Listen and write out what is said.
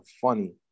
funny